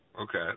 Okay